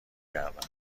گردم